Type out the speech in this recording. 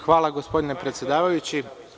Hvala, gospodine predsedavajući.